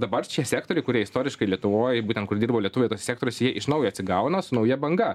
dabar šie sektoriai kurie istoriškai lietuvoj būtent kur dirbo lietuviai tuose sektoriuose jie iš naujo atsigauna su nauja banga